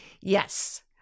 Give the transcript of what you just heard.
Yes